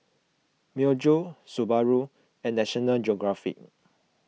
Myojo Subaru and National Geographic